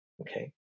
Okay